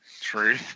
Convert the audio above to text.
True